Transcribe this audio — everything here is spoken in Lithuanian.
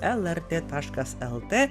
lrt taškas lt